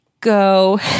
go